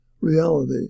reality